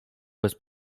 bez